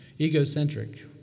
egocentric